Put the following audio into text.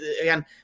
again